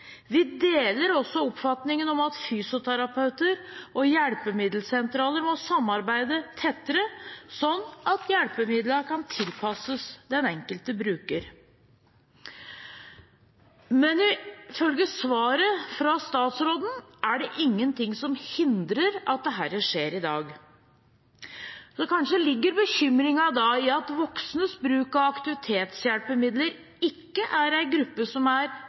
Vi deler også oppfatningen om at fysioterapeuter og hjelpemiddelsentraler må samarbeide tettere, sånn at hjelpemidlene kan tilpasses den enkelte bruker. Men ifølge svaret fra statsråden er det ingenting som hindrer at dette skjer i dag. Da ligger kanskje bekymringen i at voksne som bruker aktivitetshjelpemidler, ikke er en gruppe som er